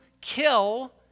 kill